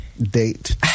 date